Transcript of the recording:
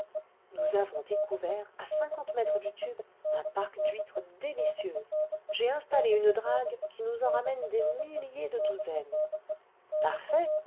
nous avons découvert à cinquante mètres du tube un parc d'huîtres délicieuses j'ai installé une drague qui nous en ramène des milliers de douzaines parfait